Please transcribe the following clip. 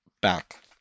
back